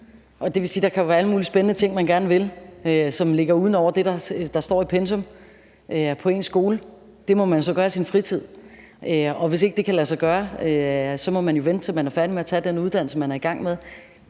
et kørekort. Der kan jo være alle mulige spændende ting, man gerne vil, som ligger ud over det, der står i ens skolepensum. Det må man jo så gøre i sin fritid, og hvis det ikke kan lade sig gøre, må man vente, til man er færdig med at tage den uddannelse, man er i gang med.